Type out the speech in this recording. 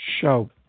show